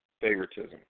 favoritism